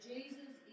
Jesus